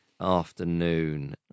afternoon